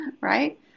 right